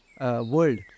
world